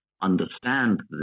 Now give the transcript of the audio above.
understand